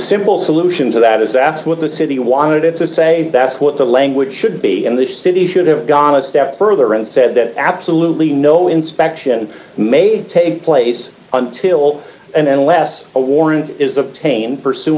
simple solution to that is asked with the city wanted it to say that's what the language should be and the city should have gone step further and said that absolutely no inspection may take place until and unless a warrant is obtained pursu